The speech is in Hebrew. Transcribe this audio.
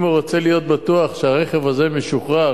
אם הוא רוצה להיות בטוח שהרכב הזה משוחרר,